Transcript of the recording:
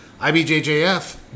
IBJJF